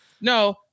no